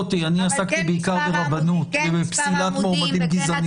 כן מספר העמודים, כן הצורה,